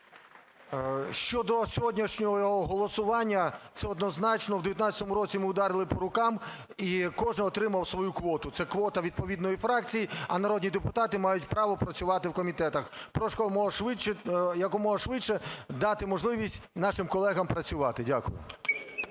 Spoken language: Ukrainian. Щодо сьогоднішнього голосування. Це однозначно, в 19-му році ми ударили по рукам і кожен отримав свою квоту, це квота відповідної фракції, а народні депутати мають право працювати в комітетах. Прошу якомога швидше дати можливість нашим колегам працювати. Дякую.